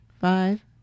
Five